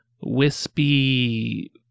wispy